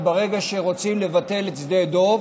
וברגע שרוצים לבטל את שדה דב,